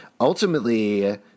ultimately